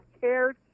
cared